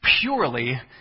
purely